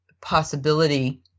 possibility